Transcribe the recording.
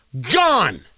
Gone